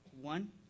One